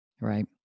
Right